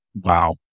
Wow